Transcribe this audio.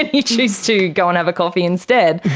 ah you choose to go and have a coffee instead.